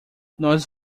nós